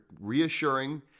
reassuring